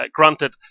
Granted